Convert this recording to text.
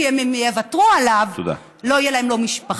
כי אם הן יוותרו עליו לא תהיה להן משפחה,